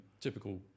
typical